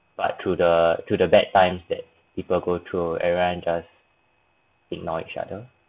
but through the through the bad times that people go through everyone just ignore each other